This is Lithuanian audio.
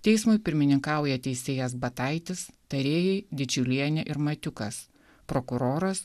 teismui pirmininkauja teisėjas bataitis tarėjai didžiulienė ir matiukas prokuroras